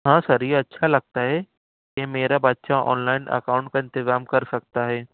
ہاں سر یہ اچھا لگتا ہے کہ میرا بچہ آنلائن اکاؤنٹ کا اتنظام کر سکتا ہے